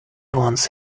once